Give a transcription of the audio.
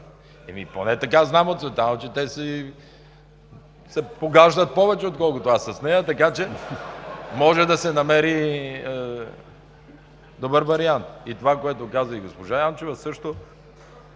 Поне така знам от Цветанов, че те се погаждат повече, отколкото аз с нея (смях), така че може да се намери добър вариант. Това, което каза и госпожа Янчева, също